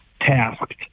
tasked